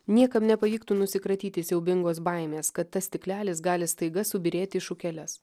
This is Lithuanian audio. niekam nepavyktų nusikratyti siaubingos baimės kad tas stiklelis gali staiga subyrėti į šukeles